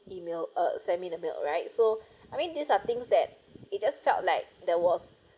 email uh send me the milk right so I mean these are things that it just felt like there was